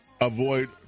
Avoid